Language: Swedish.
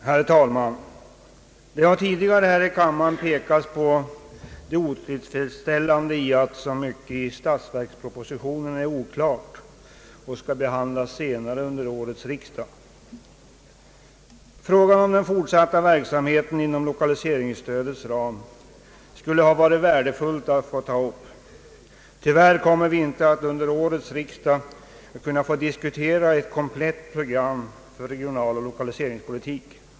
Herr talman! Det har tidigare här i kammaren pekats på det otillfredsställande i att så mycket i statsverkspropositionen är oklart och skall behandlas senare under årets riksdag. Den fortsatta verksamheten inom lokaliseringsstödets ram skulle det ha varit värdefullt att ta upp, men tyvärr kommer vi inte att under årets riksdag kunna få diskutera ett komplett program för regionaloch lokaliseringspolitiken.